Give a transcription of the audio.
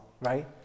right